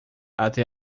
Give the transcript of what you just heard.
até